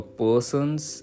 person's